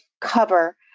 cover